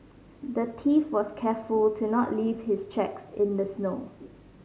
the thief was careful to not leave his tracks in the snow